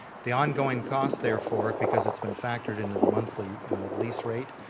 the ongoing cost therefore because it's been factored into the monthly lease rate.